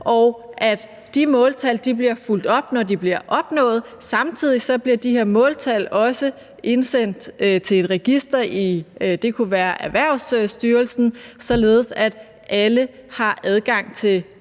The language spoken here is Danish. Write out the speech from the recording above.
og at de måltal bliver fulgt op, når de bliver opnået. Samtidig bliver de her måltal også indsendt til et register – det kunne være i Erhvervsstyrelsen – således at alle har adgang til måltallene,